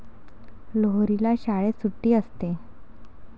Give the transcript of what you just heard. लोहरीला शाळेत सुट्टी असते